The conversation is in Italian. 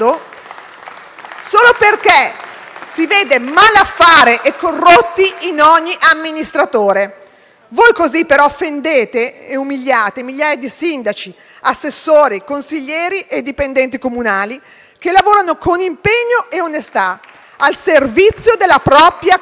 solo perché si vede malaffare e corrotti in ogni amministratore. Voi così però offendete e umiliate migliaia di sindaci, assessori, consiglieri e dipendenti comunali, che lavorano con impegno e onestà al servizio della propria comunità.